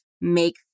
make